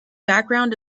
background